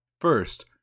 First